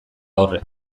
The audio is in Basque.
aurre